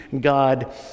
God